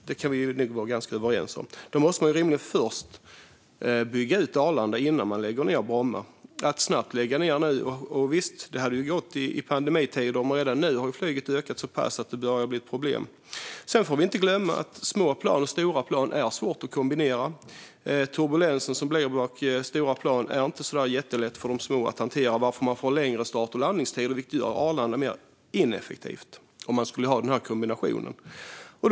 Det kan vi nog vara ganska överens om. Man måste då rimligen bygga ut Arlanda innan man lägger ned Bromma. Det hade gått att lägga ned i pandemitider. Men redan nu har flyget ökat så pass mycket att det börjar bli problem. Vi får inte heller glömma att små plan och stora plan är svåra att kombinera. Den turbulens som stora plan orsakar är inte så jättelätt för små plan att hantera. Därför blir det längre start och landningstider. Om man skulle ha denna kombination skulle Arlanda bli mer ineffektiv.